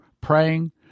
praying